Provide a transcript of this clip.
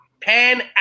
Pan